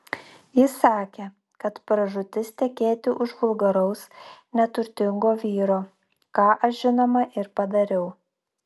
ji sakė kad pražūtis tekėti už vulgaraus neturtingo vyro ką aš žinoma ir padariau